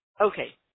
okay